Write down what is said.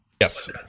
Yes